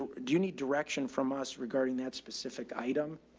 do you need direction from us regarding that specific item?